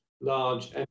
large